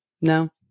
No